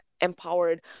empowered